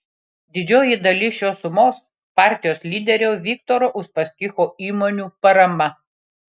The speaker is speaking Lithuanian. didžioji dalis šios sumos partijos lyderio viktoro uspaskicho įmonių parama